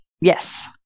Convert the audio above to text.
Yes